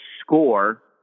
score